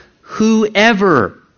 whoever